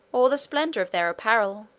or the splendor of their apparel.